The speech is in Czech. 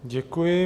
Děkuji.